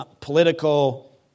political